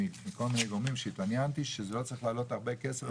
מכל מיני גורמים שהתעניינתי שזה לא צריך לעלות הרבה כסף.